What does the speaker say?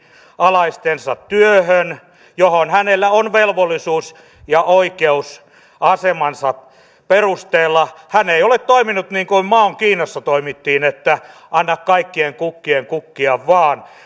alaistensa työhön mihin hänellä on velvollisuus ja oikeus asemansa perusteella hän ei ole toiminut niin kuin maon kiinassa toimittiin eli että anna kaikkien kukkien kukkia vaan